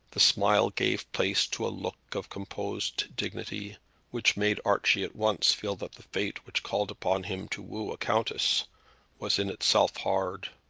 the smile gave place to a look of composed dignity which made archie at once feel that the fate which called upon him to woo a countess was in itself hard.